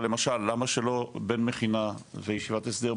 אבל למשל למה שלא בן מכינה וישיבת הסדר,